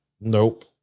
Nope